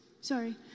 Sorry